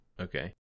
Okay